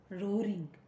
roaring